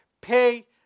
pay